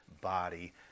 body